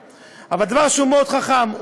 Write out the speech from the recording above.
אבל דבר שהוא מאוד חכם.